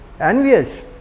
Envious